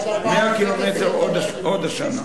100 קילומטר עוד השנה.